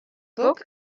book